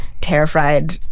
terrified